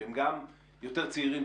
שהם גם יותר צעירים,